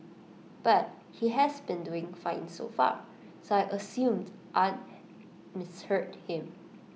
but he has been doing fine so far so I assumed I'd misheard him